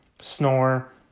snore